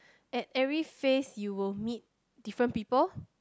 at every phase you will meet different people